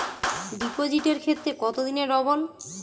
ডিপোজিটের ক্ষেত্রে কত দিনে ডবল?